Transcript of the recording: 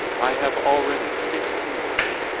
i have already six kingdoms,